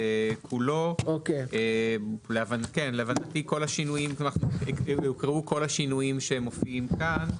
14לד. להבנתי הוקראו כל השינויים שמופיעים כאן.